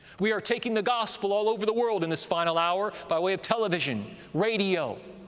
we are taking the gospel all over the world in this final hour by way of television, radio,